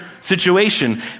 situation